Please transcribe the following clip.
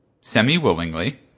semi-willingly